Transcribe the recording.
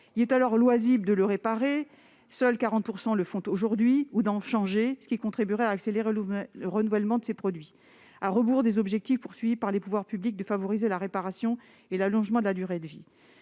lui est alors loisible de le réparer- seuls 40 % des particuliers le font aujourd'hui -ou d'en changer, ce qui contribuerait à accélérer le renouvellement des produits, à rebours du but visé par les pouvoirs publics : favoriser la réparation et l'allongement de la durée de vie